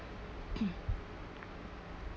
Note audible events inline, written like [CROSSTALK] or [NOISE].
[COUGHS]